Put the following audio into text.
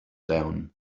down